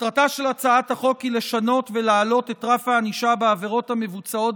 מטרתה של הצעת החוק היא לשנות ולהעלות את רף הענישה בעבירות המבוצעות